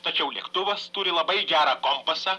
tačiau lėktuvas turi labai gerą kompasą